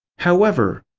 however,